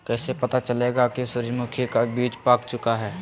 कैसे पता चलेगा की सूरजमुखी का बिज पाक चूका है?